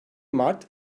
mart